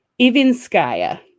Ivinskaya